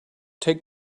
take